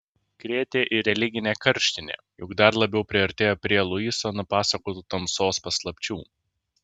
krėtė ir religinė karštinė juk dar labiau priartėjo prie luiso nupasakotų tamsos paslapčių